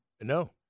No